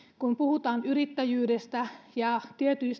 kun puhutaan yrittäjyydestä ja